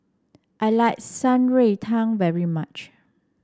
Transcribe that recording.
I like Shan Rui Tang very much